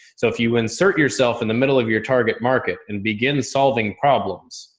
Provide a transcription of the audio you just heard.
so if you insert yourself in the middle of your target market and begin solving problems,